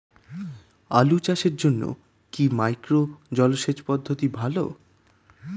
আলু চাষের জন্য কি মাইক্রো জলসেচ পদ্ধতি ভালো?